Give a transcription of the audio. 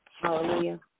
Hallelujah